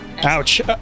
Ouch